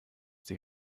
die